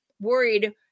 worried